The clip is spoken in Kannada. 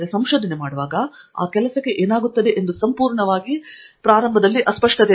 ನೀವು ಸಂಶೋಧನೆ ಮಾಡುವಾಗ ಆ ಕೆಲಸಕ್ಕೆ ಏನಾಗುತ್ತದೆ ಎಂದು ಸಂಪೂರ್ಣವಾಗಿ ಅಸ್ಪಷ್ಟವಾಗಿದೆ